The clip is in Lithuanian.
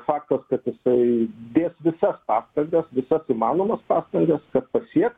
faktas kad jisai dės visas pastangas visas įmanomas pastangas kad pasiekt